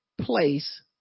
place